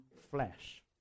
flesh